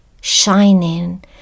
shining